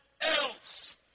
else